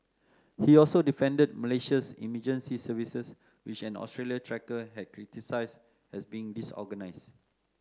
he also defended Malaysia's emergency services which an Australian trekker had criticised as being disorganised